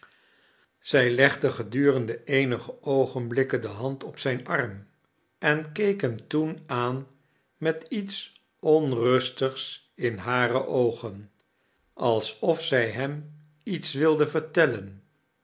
zij legde gedurende eenige oogenblikken de hand op zijii arm en keek hem toeai aan met iets oiirustigs in hare oogen alsof zij hem iets wilde vertellen